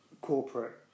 corporate